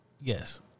Yes